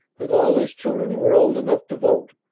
that all his children were old enough to vote,